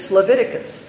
Leviticus